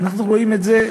אנחנו רואים את זה,